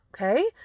okay